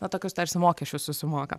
va tokius tarsi mokesčius susimoka